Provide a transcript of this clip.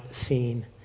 seen